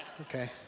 Okay